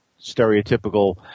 stereotypical